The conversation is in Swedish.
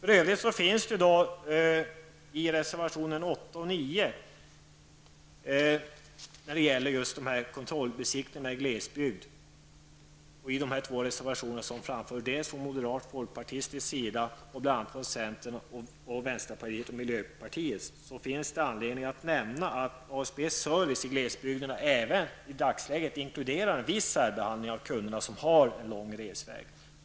Beträffande reservationerna 8 och 9 om kontrollbesiktningar i glesbygd genom verkstäder från m och fp resp. c, v och mp finns det anledning att nämna att ASBs service i glesbygderna även inkluderar viss särbehandling av kunder som har lång resväg.